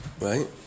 Right